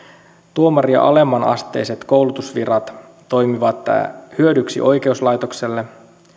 tuomaria alemman asteiset koulutusvirat toimivat hyödyksi oikeuslaitokselle